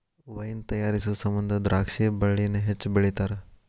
wine ತಯಾರಿಸು ಸಮಂದ ದ್ರಾಕ್ಷಿ ಬಳ್ಳಿನ ಹೆಚ್ಚು ಬೆಳಿತಾರ